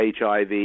HIV